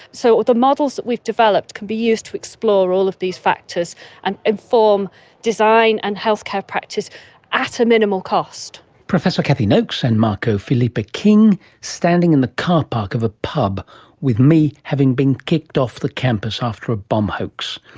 so the models that we've developed can be used to explore all of these factors and inform design and healthcare practice at a minimal cost. professor cathy noakes and marco-filipe ah king, standing in the car park of a pub with me, having been kicked off the campus after a bomb hoax.